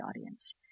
audience